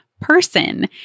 person